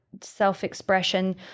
self-expression